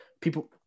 people